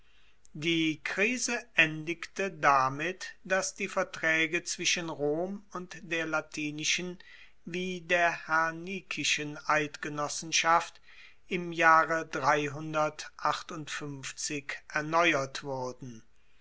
die krise endigte damit dass die vertraege zwischen rom und der latinischen wie der hernikischen eidgenossenschaft im jahre erneuert wurden